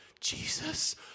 Jesus